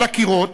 על הקירות